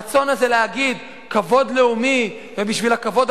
הרצון הזה להגיד "כבוד לאומי" ובשביל הכבוד